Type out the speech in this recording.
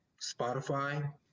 spotify